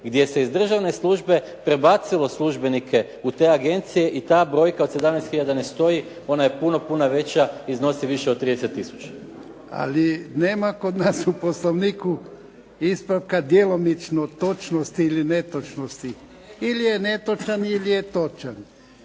gdje se iz državne službe prebacilo službenike u te agencije i ta brojka od 17 hiljada ne stoji, ona je puno, puno veća iznosi više od 30 tisuća. **Jarnjak, Ivan (HDZ)** Ali nema kod nas u Poslovniku ispravka djelomično točnosti ili netočnosti. Ili je netočan ili je točan.